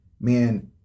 man